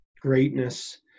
greatness